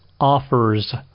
offers